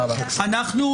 הישיבה ננעלה בשעה 11:37.